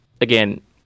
again